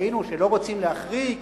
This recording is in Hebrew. כשראינו שלא רוצים להחריג,